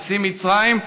נשיא מצרים,